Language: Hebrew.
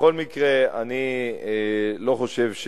בכל מקרה, אני לא חושב,